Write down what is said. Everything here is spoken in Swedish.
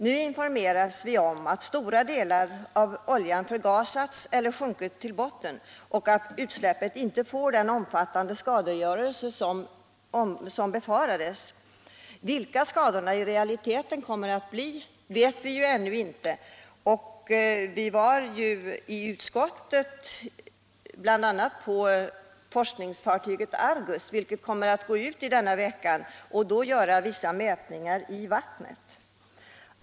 Nu informeras vi om att stora delar av oljan i detta fall förgasats eller sjunkit till botten och att utsläppet inte får den omfattande skadeverkan som befarades. Vilka skadorna i realiteten blir vet vi emellertid ännu inte med säkerhet. Jordbruksutskottet har bl.a. besökt forskningsfartyget Argus. Detta kommer denna vecka att gå ut och göra vissa mätningar i vattnen.